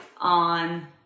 on